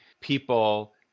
People